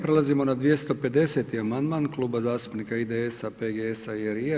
Prelazimo na 250. amandman Kluba zastupnika IDS-a, PGS-a i LRI-a.